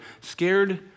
Scared